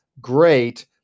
great